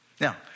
Now